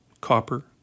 Copper